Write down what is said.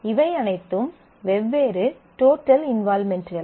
இவை அனைத்தும் வெவ்வேறு டோட்டல் இன்வால்வ்மென்ட்கள்